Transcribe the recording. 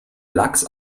lachs